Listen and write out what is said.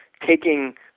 taking